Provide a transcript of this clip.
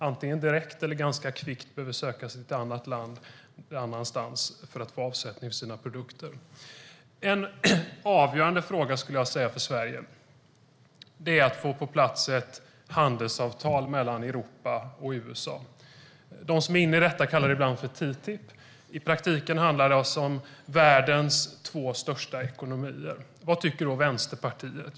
Antingen direkt eller ganska kvickt behöver de söka sig någon annanstans för att få avsättning för sina produkter. En avgörande fråga för Sverige är att få på plats ett handelsavtal mellan Europa och USA. De som är inne i detta kallar det ibland för TTIP. I praktiken handlar det om världens två största ekonomier. Vad tycker då Vänsterpartiet?